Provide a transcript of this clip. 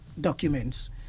documents